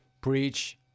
Preach